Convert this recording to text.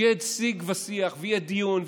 שיהיה שיג ושיח ויהיה דיון,